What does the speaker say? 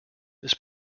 this